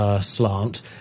slant